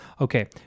Okay